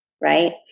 right